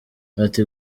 ati